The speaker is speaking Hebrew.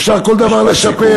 אפשר כל דבר לשפר.